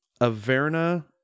averna